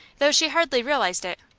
though she hardly realized it.